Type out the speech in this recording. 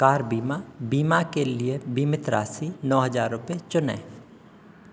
car बीमा बीमा के लिए बीमित राशि नौ हजार रुपये चुनें